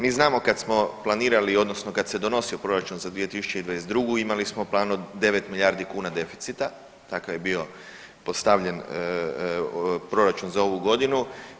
Mi znamo kad smo planirali, odnosno kada se donosio proračun za 2022. imali smo plan od 9 milijardi kuna deficita, takav je bio postavljen proračun za ovu godinu.